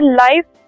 life